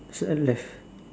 is left